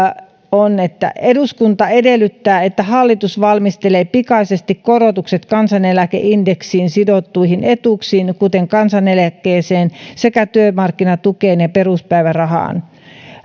lausumaehdotus eduskunta edellyttää että hallitus valmistelee pikaisesti korotukset kansaneläkeindeksiin sidottuihin etuuksiin kuten kansaneläkkeeseen sekä työmarkkinatukeen ja peruspäivärahaan